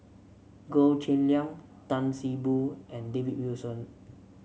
Goh Cheng Liang Tan See Boo and David Wilson